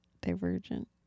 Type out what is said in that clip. Divergent